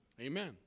Amen